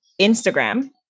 Instagram